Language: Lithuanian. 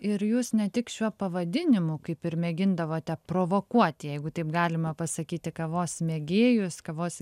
ir jūs ne tik šiuo pavadinimu kaip ir mėgindavote provokuoti jeigu taip galima pasakyti kavos mėgėjus kavos